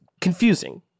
confusing